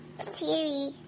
Siri